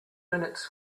minutes